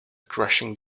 crushing